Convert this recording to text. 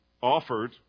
offered